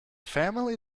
family